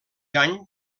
any